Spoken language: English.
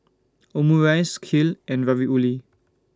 Omurice Kheer and Ravioli